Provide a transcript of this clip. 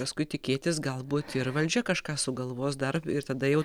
paskui tikėtis galbūt ir valdžia kažką sugalvos dar ir tada jau